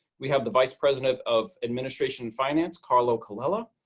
we have the vice president of administration finance, carlo colella.